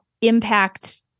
impact